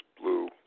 blue